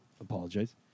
Apologize